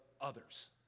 others